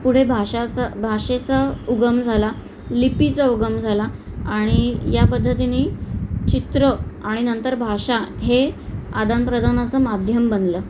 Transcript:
पुढे भाषाचं भाषेचा उगम झाला लिपीचा उगम झाला आणि या पद्धतीने चित्र आणि नंतर भाषा हे आदानप्रदानाचं माध्यम बनलं